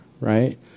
right